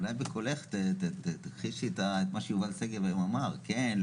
אולי בקולך תכחישי את מה שיובל שגב היום אמר כן,